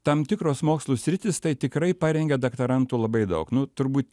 tam tikros mokslų sritys tai tikrai parengia daktarantų labai daug nu turbūt